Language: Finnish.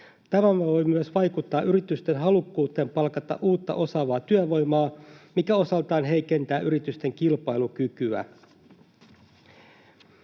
Tämä voi myös vaikuttaa yritysten halukkuuteen palkata uutta, osaavaa työvoimaa, mikä osaltaan heikentää yritysten kilpailukykyä.